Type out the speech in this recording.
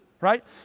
right